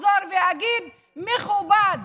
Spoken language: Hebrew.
אחזור ואגיד: מכובד.